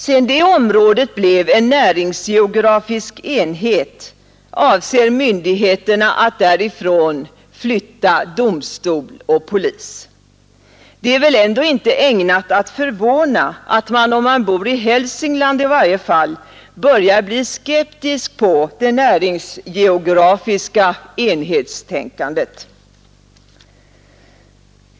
Sedan det området blev en näringsgeografisk enhet avser myndigheterna att därifrån flytta domstol och polis. Det är väl ändå inte ägnat att förvåna att man — i varje fall om man bor i Hälsingland — börjar bli skeptisk mot det näringsgeografiska enhetstänkandet.